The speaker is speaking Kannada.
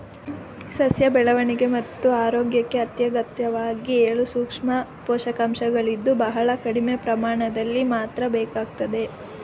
ಸಸ್ಯ ಬೆಳವಣಿಗೆ ಮತ್ತು ಆರೋಗ್ಯಕ್ಕೆ ಅತ್ಯಗತ್ಯವಾಗಿ ಏಳು ಸೂಕ್ಷ್ಮ ಪೋಷಕಾಂಶಗಳಿದ್ದು ಬಹಳ ಕಡಿಮೆ ಪ್ರಮಾಣದಲ್ಲಿ ಮಾತ್ರ ಬೇಕಾಗ್ತದೆ